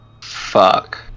Fuck